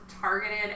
targeted